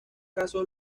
casos